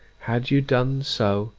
had you done so,